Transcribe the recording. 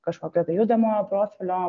kažkokio tai judamojo profilio